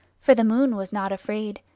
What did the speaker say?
for the moon was not afraid,